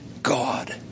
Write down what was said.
God